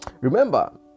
remember